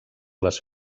les